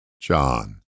John